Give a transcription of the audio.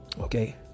Okay